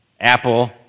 Apple